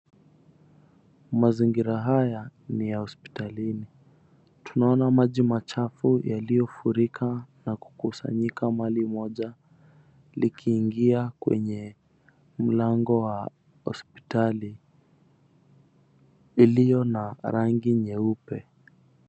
Mazingira haya, ni ya hospitalini. Tunaona maji machafu yaliyofurika na kukusanyika mahali moja likiingia kwenye mlango wa hospitali, iliyo na rangi nyeupe.